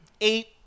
eight